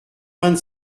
vingt